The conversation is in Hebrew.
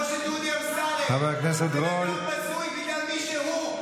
כמו שדודי אמסלם בן אדם בזוי בגלל מי שהוא,